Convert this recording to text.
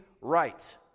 right